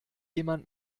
jemand